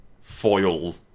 foil